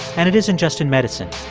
and it isn't just in medicine.